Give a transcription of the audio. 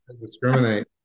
discriminate